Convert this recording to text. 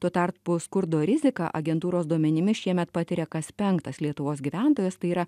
tuo tarpu skurdo riziką agentūros duomenimis šiemet patiria kas penktas lietuvos gyventojas tai yra